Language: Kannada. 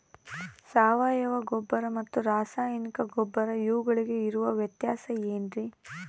ಸಾವಯವ ಗೊಬ್ಬರ ಮತ್ತು ರಾಸಾಯನಿಕ ಗೊಬ್ಬರ ಇವುಗಳಿಗೆ ಇರುವ ವ್ಯತ್ಯಾಸ ಏನ್ರಿ?